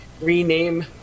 rename